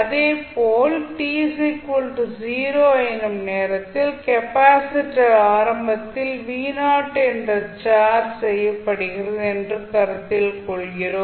அதேபோல் t 0 எனும் நேரத்தில் கெப்பாசிட்டர் ஆரம்பத்தில் என்ற சார்ஜ் செய்யப்படுகிறது என்று கருத்தில் கொள்கிறோம்